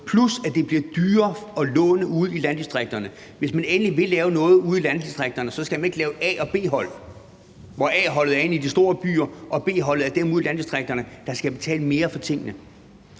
plus at det bliver dyrere at låne ude i landdistrikterne. Hvis man endelig vil lave noget ude i landdistrikterne, skal man ikke lave et A- og et B-hold, hvor A-holdet er dem inde i de store byer, og B-holdet er dem ude i landdistrikterne, der skal betale mere for tingene.